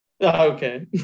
okay